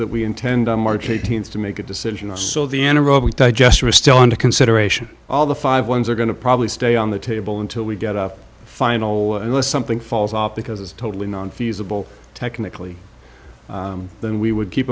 that we intend on march eighteenth to make a decision and so the end of robey digester a still under consideration all the five ones are going to probably stay on the table until we get a final unless something falls off because it's totally non feasible technically then we would keep